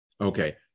Okay